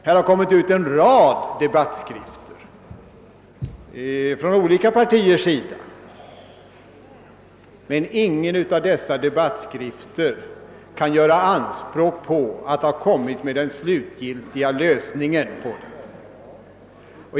Det har utgivits en mängd debattskrifter från olika partiers sida, men ingen av dessa skrifter kan göra anspråk på att ha kommit med den slutgiltiga lösningen av problemet.